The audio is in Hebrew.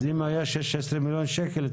אז אם היו 16 מיליון שקל,